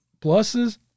Pluses